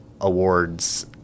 awards